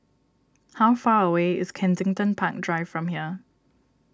how far away is Kensington Park Drive from here